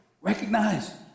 Recognize